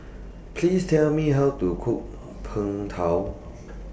Please Tell Me How to Cook Png Tao